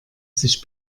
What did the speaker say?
sich